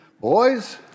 boys